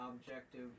objective